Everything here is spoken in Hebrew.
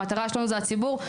המטרה שלנו זה הציבור,